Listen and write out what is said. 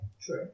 True